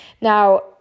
Now